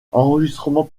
enregistrement